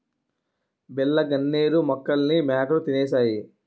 బిళ్ళ గన్నేరు మొక్కల్ని మేకలు తినేశాయి